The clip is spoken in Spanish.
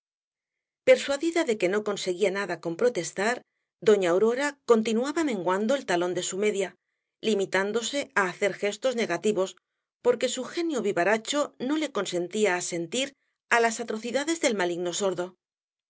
persuadida de que no conseguía nada con protestar doña aurora continuaba menguando el talón de su media limitándose á hacer gestos negativos porque su genio vivaracho no le consentía asentir á las atrocidades del maligno sordo